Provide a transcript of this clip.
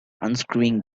unscrewing